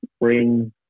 bring